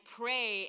pray